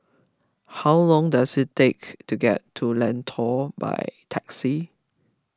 how long does it take to get to Lentor by taxi